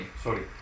Sorry